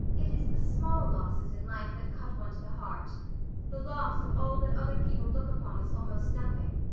it is the small losses in life that cut one to the heart the loss of all that other people look upon as almost nothing.